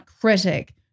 critic